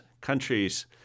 countries